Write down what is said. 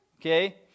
okay